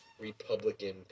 Republican